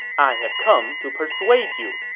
i have come to persuade you.